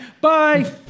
Bye